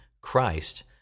Christ